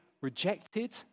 rejected